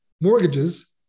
mortgages